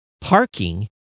parking